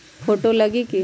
Photo लगी कि?